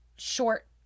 short